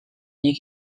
nik